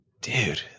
dude